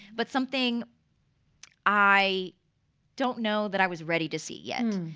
but something i don't know that i was ready to see yet.